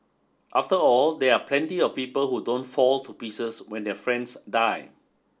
after all there are plenty of people who don't fall to pieces when their friends die